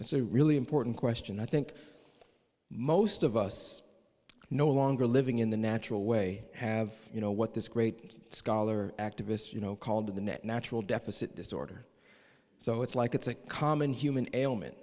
that's a really important question i think most of us no longer living in the natural way have you know what this great scholar activist you know called the net natural deficit disorder so it's like it's a common human ailment